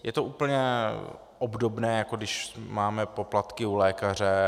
Je to úplně obdobné, jako když máme poplatky u lékaře.